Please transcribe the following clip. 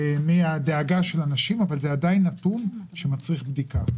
מהדאגה של אנשים, אבל זה עדיין נתון שמצריך בדיקה.